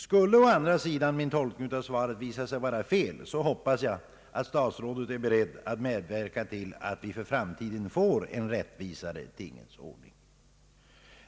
Skulle å andra sidan min tolkning av svaret visa sig vara fel, hoppas jag att herr statsrådet är beredd att medverka till att vi för framtiden får en rättvisare tingens ordning.